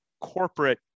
corporate